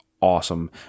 awesome